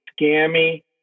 scammy